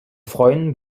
freuen